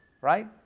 right